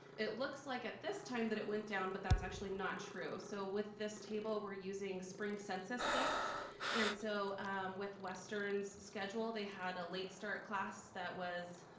it looks like at this time that it went down but that's actually not true. so with this table, we're using spring census dates and so with western schedules they had a late start class that was